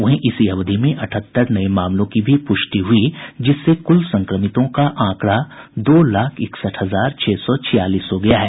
वहीं इसी अवधि में अठहत्तर नये मामलों की भी प्रष्टि हुई जिससे कुल संक्रमितों का आंकड़ा दो लाख इकसठ हजार छह सौ छियालीस हो गया है